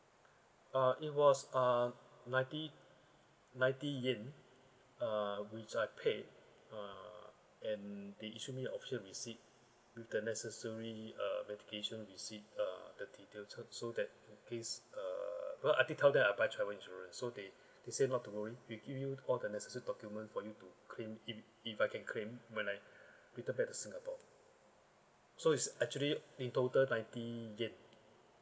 uh it was uh ninety ninety yen uh which I paid uh and they issued me a official receipt with the necessary uh medication receipt uh the detail so so that in case uh because I did tell them I buy travel insurance so they they said not to worry we give you all the necessary document for you to claim if if I can claim when I return back to singapore so it's actually in total ninety yen